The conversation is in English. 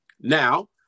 Now